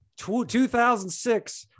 2006